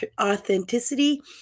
Authenticity